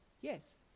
Yes